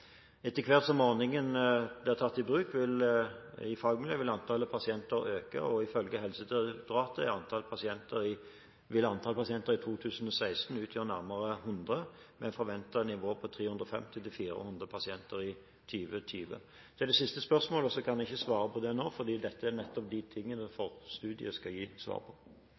Etter hvert som ordningen blir tatt i bruk i fagmiljøet, vil antallet pasienter øke, og ifølge Helsedirektoratet vil antall pasienter i 2016 utgjøre nærmere 100, med forventet nivå på 350–400 pasienter i 2020. Det siste spørsmålet kan jeg ikke svare på nå fordi dette er noe av det forstudiet skal gi svar på.